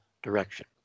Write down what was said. Direction